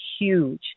huge